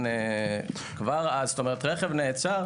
רכב נעצר